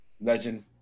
legend